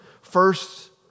First